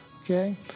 okay